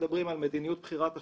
שמדברים על מדיניות בחירת השקעות,